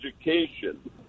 education